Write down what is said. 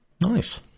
nice